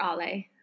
Ale